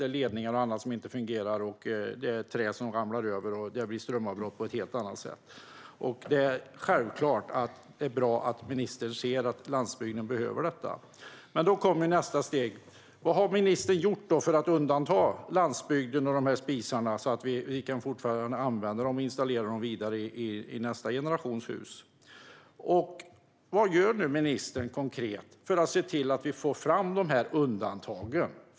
Det är ledningar och annat som inte fungerar. Det är träd som faller. Och det blir strömavbrott på ett helt annat sätt. Det är självklart bra att ministern ser att landsbygden behöver detta. Men då kommer nästa steg. Vad har ministern gjort för att undanta landsbygden och dessa spisar, så att vi fortfarande kan använda dem och installera dem vidare i nästa generations hus? Vad gör ministern konkret för att se till att vi får fram dessa undantag?